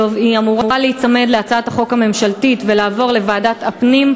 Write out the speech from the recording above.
היא אמורה להיצמד להצעת החוק הממשלתית ולעבור לוועדת הפנים,